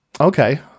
Okay